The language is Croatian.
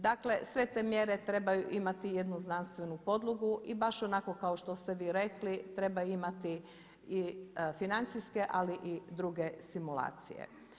Dakle, sve te mjere trebaju imati jednu znanstvenu podlogu i baš onako kao što ste vi rekli treba imati i financijske i druge simulacije.